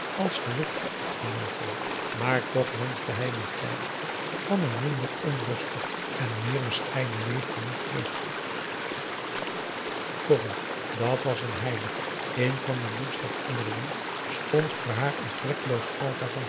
als gelukkige echtgenooten maar toch wenschte hij dien tijd van een minder onrustig en meer bescheiden leven niet terug corrie dat was een heilige in van den broek's herinneringen stond voor haar een vlekkeloos altaar van